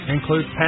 includes